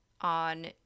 on